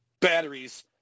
batteries